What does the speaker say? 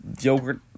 yogurt